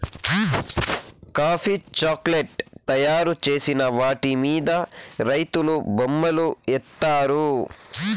coffee chocolate తయారు చేసిన వాటి మీద రైతులు బొమ్మలు ఏత్తారు